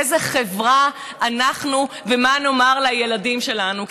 איזו חברה אנחנו ומה נאמר לילדים שלנו.